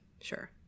Sure